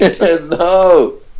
No